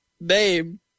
name